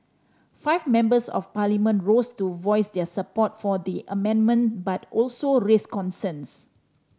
five Members of Parliament rose to voice their support for the amendment but also raised concerns